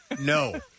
No